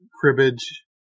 Cribbage